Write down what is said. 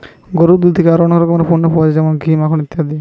গরুর দুধ থিকে আরো অনেক রকমের পণ্য পায়া যাচ্ছে যেমন ঘি, মাখন ইত্যাদি